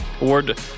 Award